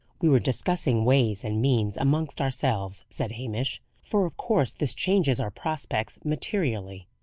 we were discussing ways and means amongst ourselves, said hamish, for of course this changes our prospects materially.